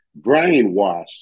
brainwashed